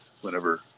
whenever